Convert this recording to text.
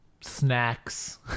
snacks